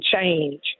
change